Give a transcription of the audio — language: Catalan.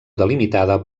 delimitada